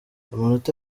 amanota